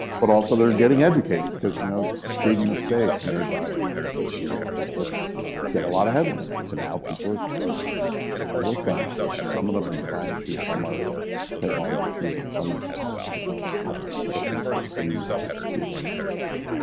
but also they're getting educated because you know big mistakes made by companies like google and facebook get a lot of headlines. and so now people are starting to work on these issues. some of them are design issues. some are technology issues. and some are just you know having empathy for who you're designing for.